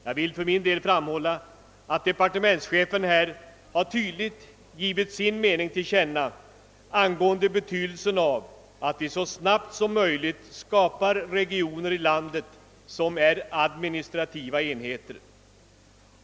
Jag vill framhålla att departementschefen här tydligt har givit sin mening till känna angående betydelsen av att vi så snabbt som möjligt skapar regioner i landet som är administrativa enheter.